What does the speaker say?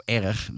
erg